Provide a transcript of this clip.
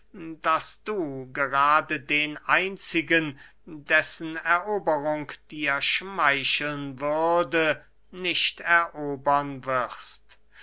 daß du gerade den einzigen dessen eroberung dir schmeicheln würde nicht erobern wirst